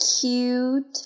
cute